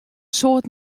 soad